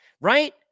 Right